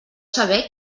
saber